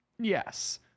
Yes